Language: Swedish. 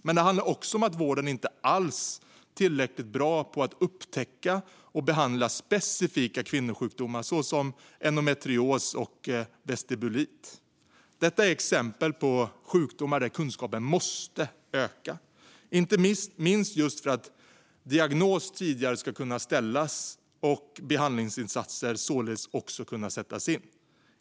Men det handlar också om att vården inte alls är tillräckligt bra på att upptäcka och behandla specifika kvinnosjukdomar, såsom endometrios och vestibulit. Detta är exempel på sjukdomar där kunskapen måste öka, inte minst just för att diagnos tidigare ska kunna ställas och behandlingsinsatser således också sättas in.